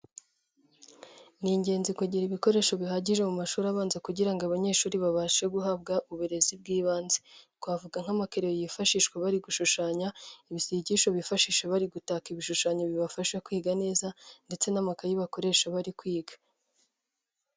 Ni ingenzi kugira ibikoresho bihagije mu mashuri abanza kugira ngo abanyeshuri babashe guhabwa uburezi bw'ibanze. Twavuga: nk'amakereyo yifashishwa bari gushushanya, ibisigisho bifashisha bari gutaka ibishushanyo bibafasha kwiga neza ndetse n'amakayi bakoresha bari kwiga.